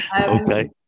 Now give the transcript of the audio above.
Okay